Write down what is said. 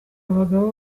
bagabo